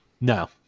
No